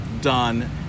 done